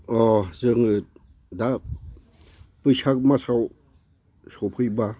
अ जोङो दा बैसाग मासाव सफैब्ला